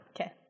Okay